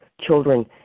children